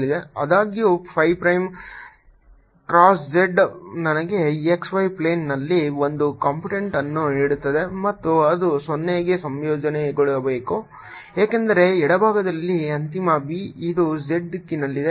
ಆದಾಗ್ಯೂ phi prime cross z ನನಗೆ x y ಪ್ಲೇನ್ನಲ್ಲಿ ಒಂದು ಕಂಪೋನೆಂಟ್ಅನ್ನು ನೀಡುತ್ತದೆ ಮತ್ತು ಅದು 0 ಗೆ ಸಂಯೋಜನೆಗೊಳ್ಳಬೇಕು ಏಕೆಂದರೆ ಎಡಭಾಗದಲ್ಲಿ ಅಂತಿಮ B ಇದು z ದಿಕ್ಕಿನಲ್ಲಿದೆ